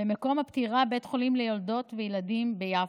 ומקום הפטירה, בית החולים ליולדות וילדים ביפו.